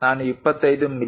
ನಾನು 25 ಮಿ